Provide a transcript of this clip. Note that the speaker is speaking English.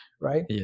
right